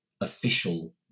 official